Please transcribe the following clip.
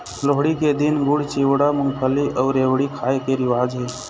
लोहड़ी के दिन गुड़, चिवड़ा, मूंगफली अउ रेवड़ी खाए के रिवाज हे